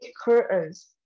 curtains